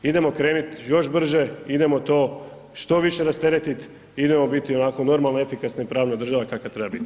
Idemo krenuti još brže, idemo to što više rasteretiti, idemo biti onako normalna efikasna i pravna država, kakva treba biti.